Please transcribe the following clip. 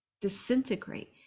disintegrate